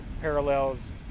parallels